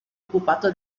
occupato